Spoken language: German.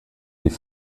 die